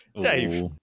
Dave